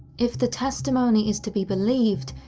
if the testimony is to be believed,